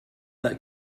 this